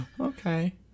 Okay